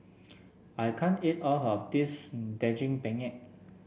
I can't eat all of this Daging Penyet